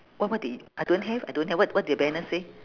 what what did I don't have I don't have wh~ what did the banner say